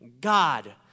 God